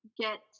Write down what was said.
get